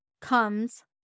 comes